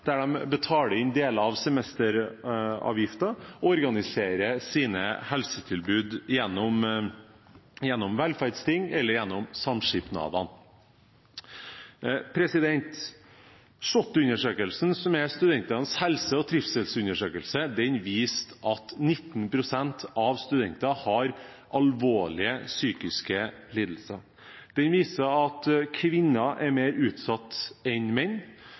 der de betaler inn deler av semesteravgiften og organiserer sine helsetilbud gjennom velferdsting eller gjennom samskipnadene. SHoT-undersøkelsen, som er studentenes helse- og trivselsundersøkelse, viste at 19 pst. av studenter har alvorlige psykiske lidelser. Den viser at kvinner er mer utsatt enn menn.